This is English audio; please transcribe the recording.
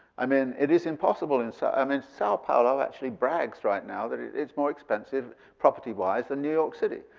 i mean it is impossible. and so i mean sao paolo actually brags right now that it's more expensive property-wise than new york city.